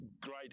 great